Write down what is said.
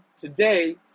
today